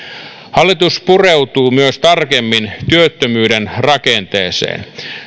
hallitus pureutuu myös tarkemmin työttömyyden rakenteeseen